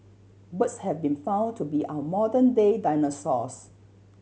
birds have been found to be our modern day dinosaurs